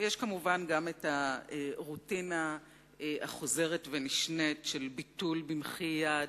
ויש כמובן הרוטינה החוזרת ונשנית של ביטול במחי-יד